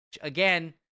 Again